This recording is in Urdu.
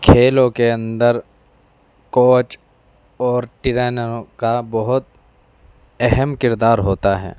کھیلوں کے اندر کوچ اور ٹرینروں کا بہت اہم کردار ہوتا ہے